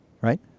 Right